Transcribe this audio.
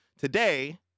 today